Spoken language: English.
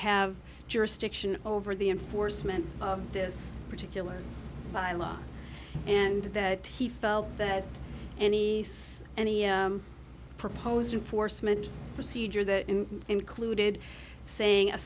have jurisdiction over the enforcement of this particular by law and that he felt that any case any proposed in force meant procedure that included saying a